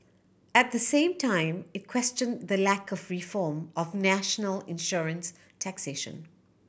at the same time it questioned the lack of reform of national insurance taxation